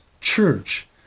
church